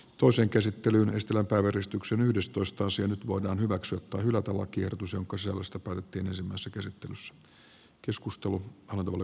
toisen käsittelyn estellä tai väristyksen yhdestoista sija nyt voidaan hyväksyä tai hylätä lakiehdotus jonka sisällöstä päätettiin ensimmäisessä käsittelyssä